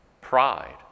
Pride